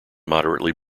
moderately